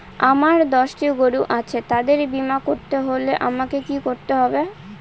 আমার দশটি গরু আছে তাদের বীমা করতে হলে আমাকে কি করতে হবে?